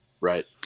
Right